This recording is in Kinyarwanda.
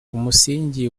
umusingi